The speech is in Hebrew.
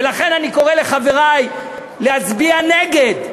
ולכן אני קורא לחברי להצביע נגד.